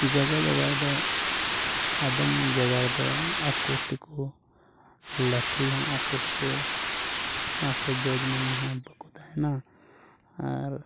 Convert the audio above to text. ᱡᱟᱭᱜᱟ ᱡᱟᱭᱜᱟ ᱨᱮᱫᱚ ᱟᱫᱚᱢ ᱡᱟᱭᱜᱟ ᱨᱮᱫᱚ ᱟᱠᱚ ᱛᱮᱠᱚ ᱞᱮᱯᱷᱨᱤ ᱦᱚᱸ ᱟᱠᱚ ᱛᱮᱠᱚ ᱚᱨᱚᱝ ᱟᱥᱮ ᱡᱚᱡᱽ ᱢᱮᱱ ᱦᱚᱸ ᱵᱟᱠᱚ ᱛᱟᱦᱮᱱᱟ ᱟᱨ